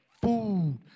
food